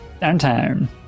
downtown